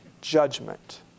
judgment